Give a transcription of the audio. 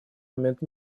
момент